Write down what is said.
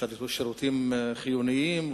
שדדו שירותים חיוניים,